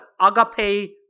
agape